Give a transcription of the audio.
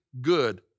good